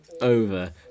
over